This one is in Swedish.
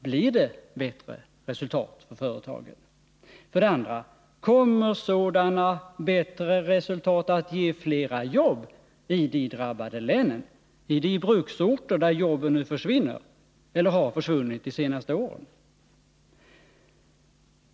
Blir det bättre resultat för företagen? 2. Kommer sådana bättre resultat att ge fler jobb i de drabbade länen, på de bruksorter där jobben nu försvinner eller har försvunnit de senaste åren?